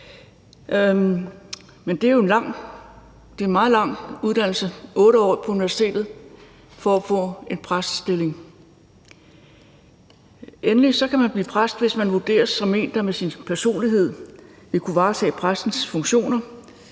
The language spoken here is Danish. det er jo en meget lang uddannelse – 8 år på universitetet – for at få en præstestilling. Endelig kan man blive præst, hvis man vurderes som en, der med sin personlighed vil kunne varetage præstens funktioner,